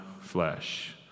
flesh